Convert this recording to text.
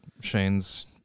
Shane's